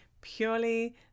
purely